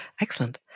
Excellent